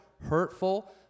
hurtful